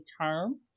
term